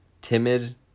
timid